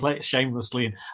shamelessly